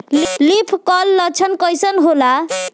Leaf curl लक्षण कइसन होला?